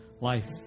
life